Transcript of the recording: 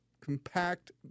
compact